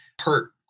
hurt